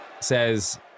says